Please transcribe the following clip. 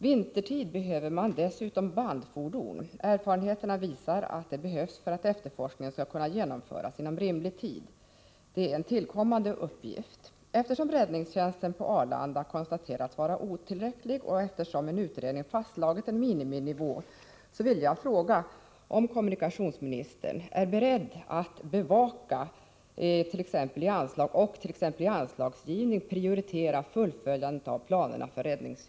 Vintertid behöver man dessutom bandfordon. Erfarenheterna visar att de behövs för att efterforskningen skall kunna genomföras inom rimlig tid. Det är en tillkommande uppgift.